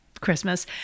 Christmas